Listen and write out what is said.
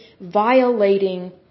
violating